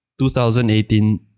2018